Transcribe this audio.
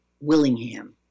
Willingham